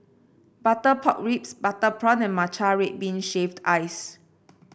Butter Pork Ribs Butter Prawn and Matcha Red Bean Shaved Ice